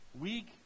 Weak